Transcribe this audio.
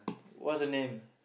what's your name